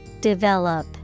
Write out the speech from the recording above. Develop